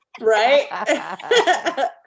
Right